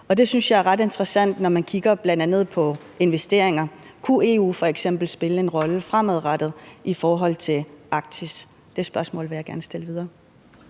Det synes jeg er ret interessant, når man bl.a. kigger på investeringer. Kunne EU f.eks. spille en rolle fremadrettet i forhold til Arktis? Det spørgsmål vil jeg gerne stille videre.